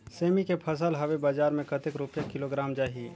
सेमी के फसल हवे बजार मे कतेक रुपिया किलोग्राम जाही?